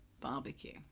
barbecue